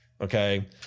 okay